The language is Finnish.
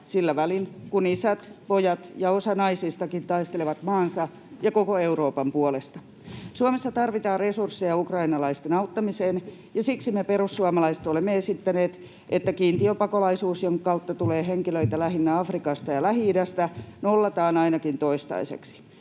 sillä välin, kun isät, pojat ja osa naisistakin taistelevat maansa ja koko Euroopan puolesta. Suomessa tarvitaan resursseja ukrainalaisten auttamiseen, ja siksi me perussuomalaiset olemme esittäneet, että kiintiöpakolaisuus, jonka kautta tulee henkilöitä lähinnä Afrikasta ja Lähi-idästä, nollataan ainakin toistaiseksi.